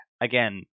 again